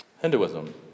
Hinduism